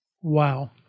Wow